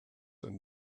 and